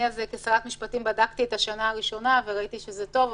כשרת משפטים בדקתי את השנה הראשונה וראיתי שזה טוב,